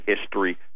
history